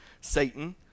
Satan